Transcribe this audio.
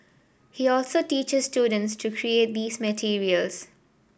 he also teaches students to create these materials